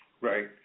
Right